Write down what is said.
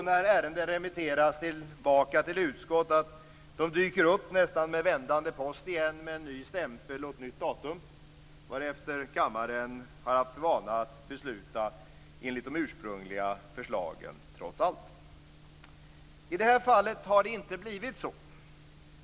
När ärenden remitteras tillbaka till utskottet dyker de ibland upp med vändande post, med ny stämpel och ett nytt datum. Sedan beslutar kammaren enligt de ursprungliga förslagen trots allt. I detta fall har det inte blivit så.